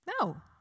No